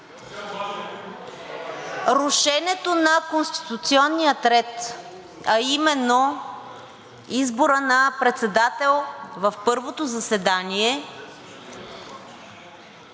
Рушенето на конституционния ред, а именно изборът на председател в първото заседание,